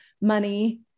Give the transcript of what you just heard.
money